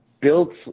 built